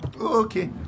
Okay